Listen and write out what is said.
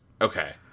Okay